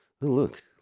Look